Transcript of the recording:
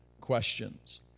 questions